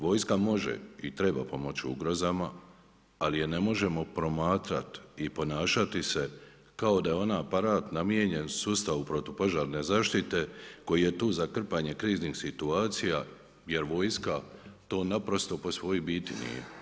Vojska može i treba pomoći ugrozama, ali je ne možemo promatrati i ponašati se kao da je ona aparat namijenjen sustavu protupožarne zaštite koji je tu za krpanje kriznih situacija jer vojska to naprosto po svojoj biti nije.